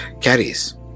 carries